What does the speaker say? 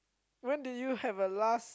when did you have a last